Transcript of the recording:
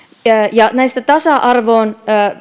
ja varhaiskasvatuksen tasa arvoon